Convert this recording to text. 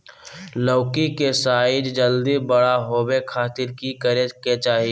लौकी के साइज जल्दी बड़ा होबे खातिर की करे के चाही?